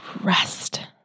rest